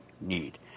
need